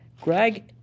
Greg